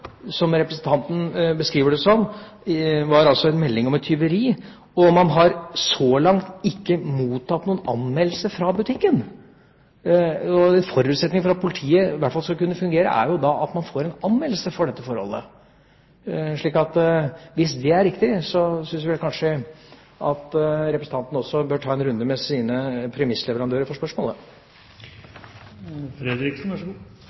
som, var en melding om et tyveri, og man har så langt ikke mottatt noen anmeldelse fra butikken. En forutsetning for at politiet skal kunne fungere, er at man får en anmeldelse for dette forholdet. Hvis dette er riktig, syns jeg vel kanskje at representanten også bør ta en runde med sine premissleverandører for spørsmålet. Det skal vi alltids gjøre. Men det er kanskje ikke så